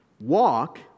Walk